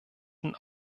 den